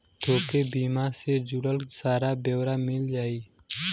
तोके बीमा से जुड़ल सारा ब्योरा मिल जाई